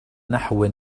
نحو